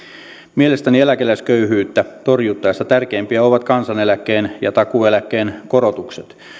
mielestäni eläkeläisköyhyyttä torjuttaessa tärkeimpiä ovat kansaneläkkeen ja takuueläkkeen korotukset